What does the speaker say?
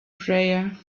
prayer